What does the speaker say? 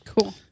Cool